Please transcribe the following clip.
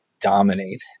dominate